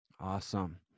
awesome